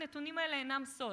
הנתונים האלה אינם סוד,